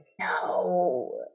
No